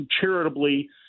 charitably